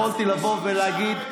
יכולתי לבוא ולהגיד, אישה חרדית,